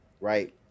Right